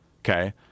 Okay